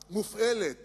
היתה מופעלת